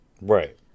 Right